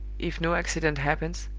if no accident happens,